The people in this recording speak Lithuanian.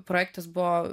projektas buvo